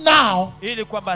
now